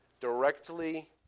directly